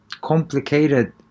complicated